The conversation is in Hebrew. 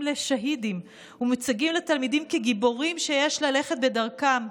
לשהידים ומוצגים לתלמידים כגיבורים שיש ללכת בדרכם,